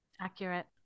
accurate